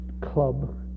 club